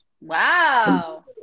Wow